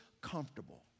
comfortable